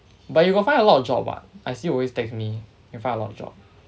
but you got find a lot of job [what] I see you always text me you find a lot of job